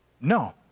No